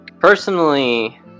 Personally